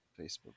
Facebook